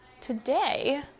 Today